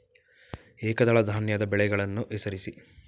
ಏಕದಳ ಧಾನ್ಯದ ಬೆಳೆಗಳನ್ನು ಹೆಸರಿಸಿ?